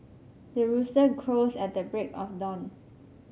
the rooster crows at the break of dawn